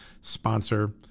Sponsor